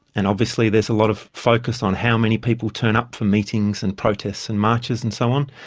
and obviously there's a lot of focus on how many people turn up for meetings and protests and marches and so on.